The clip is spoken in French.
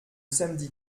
samedi